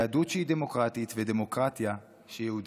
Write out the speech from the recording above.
יהדות שהיא דמוקרטית ודמוקרטיה שהיא יהודית,